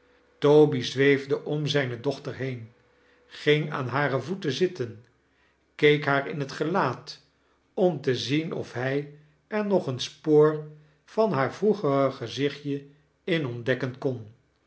toby zweefde om zijne dochter heen ging aan hare voeten zitten keek haar in het gelaat om te zien of hij er nog een spoor van haar vroegere gezichtje in ontdekken kon